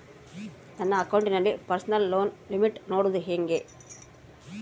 ನನ್ನ ಅಕೌಂಟಿನಲ್ಲಿ personal loan limit ನೋಡದು ಹೆಂಗೆ?